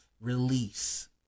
release